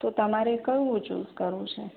તો તમારે કયું ચૂસ કરવું છે